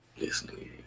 Listen